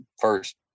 first